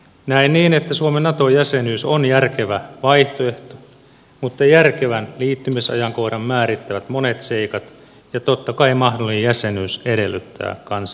näen niin että suomen nato jäsenyys on järkevä vaihtoehto mutta järkevän liittymisajankohdan määrittävät monet seikat ja totta kai mahdollinen jäsenyys edellyttää kansanäänestystä